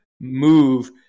move